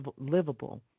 livable